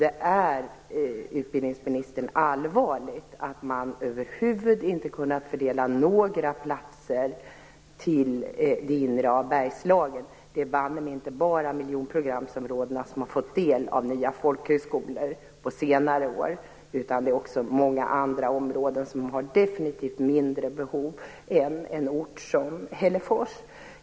Det är, utbildningsministern, allvarligt att man över huvud taget inte har kunnat fördela några platser till inre Bergslagen. Det är bannemej inte bara miljonprogramsområdena som har fått del av nya folkhögskolor under senare år. Det har också många andra områden fått som definitivt har mindre behov än en ort som Hällefors.